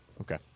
Okay